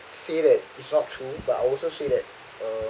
say that it's not true but I also say that